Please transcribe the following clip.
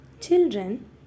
Children